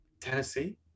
Tennessee